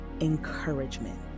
encouragement